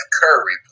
Curry